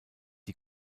die